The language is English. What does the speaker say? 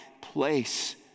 place